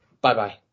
Bye-bye